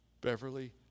Beverly